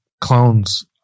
clone's